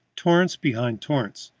torrents behind torrents,